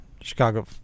Chicago